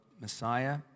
Messiah